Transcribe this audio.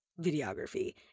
videography